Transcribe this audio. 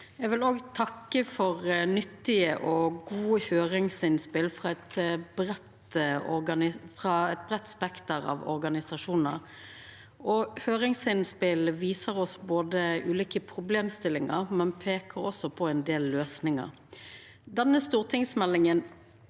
Eg vil òg takka for nyttige og gode høyringsinnspel frå eit breitt spekter av organisasjonar. Høyringsinnspela viser oss ulike problemstillingar, men peikar også på ein del løysingar. Denne stortingsmeldinga